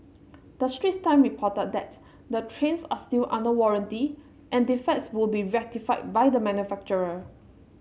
the Straits Time reported that the trains are still under warranty and defects would be rectified by the manufacturer